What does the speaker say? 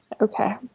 Okay